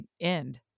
end